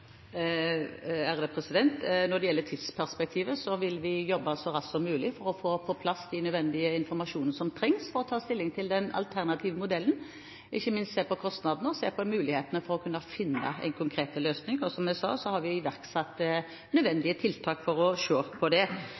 Når det gjelder tidsperspektivet, vil vi jobbe så raskt som mulig for å få på plass den informasjonen som trengs for å ta stilling til den alternative modellen. Ikke minst vil vi se på kostnadene og på mulighetene for å kunne finne en konkret løsning. Som jeg sa, har vi iverksatt nødvendige tiltak for å se på det.